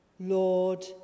Lord